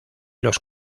los